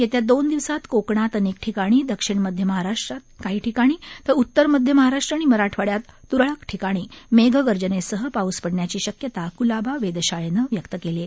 येत्या दोन दिवसात कोकणात अनेक ठिकाणी दक्षिण मध्य महाराष्ट्र काही ठिकाणी तर उत्तर मध्य महाराष्ट्र आणि मराठवाड्यात त्रळक ठिकाणी मेघ गर्जनेसह पाऊस पडण्याची शक्यता क्लाबा वेधशाळेनं व्यक्त केलं आहे